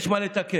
יש מה לתקן.